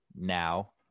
now